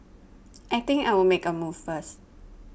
I think I'll make a move first